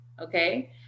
okay